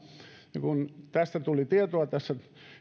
kun tästä tuli tietoa tässä